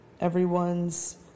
Everyone's